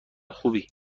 خوبی